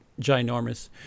ginormous